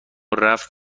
رفت